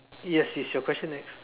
yes yes your question next